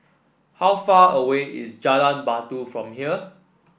how far away is Jalan Batu from here